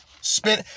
spin